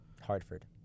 Hartford